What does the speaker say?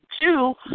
two